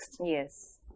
Yes